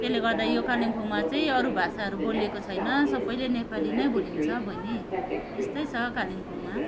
त्यसले गर्दा यो कालिम्पोङमा चाहिँ अरू भाषाहरू बोलिएको छैन सबैले नेपाली नै बोलिन्छ बहिनी यस्तै छ कालिम्पोङमा